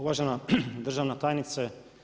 Uvažena državna tajnice.